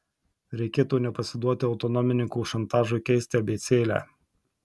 reikėtų nepasiduoti autonomininkų šantažui keisti abėcėlę